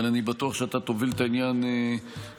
אבל אני בטוח שאתה תוביל את העניין בנחישות,